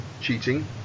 cheating